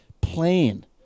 plan